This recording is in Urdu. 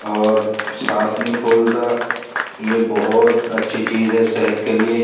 اور سانس نہیں پھولتا یہ بہت اچھی چیز ہے صحت کے لیے